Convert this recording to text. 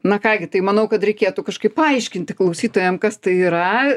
na ką gi tai manau kad reikėtų kažkaip paaiškinti klausytojam kas tai yra